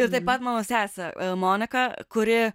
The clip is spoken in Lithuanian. ir taip pat mano sesę moniką kuri